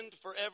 forever